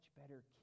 better